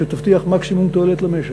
שתבטיח מקסימום תועלת למשק,